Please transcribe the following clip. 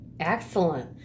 Excellent